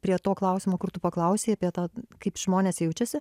prie to klausimo kur tu paklausei apie tą kaip žmonės jaučiasi